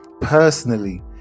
personally